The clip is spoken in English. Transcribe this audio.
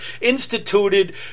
instituted